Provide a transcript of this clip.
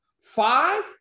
five